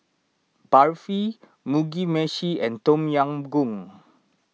Barfi Mugi Meshi and Tom Yam Goong